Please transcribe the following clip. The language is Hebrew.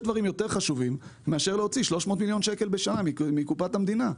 יש דברים יותר חשובים מאשר להוציא 300 מיליון שקלים בשנה מקופת המדינה.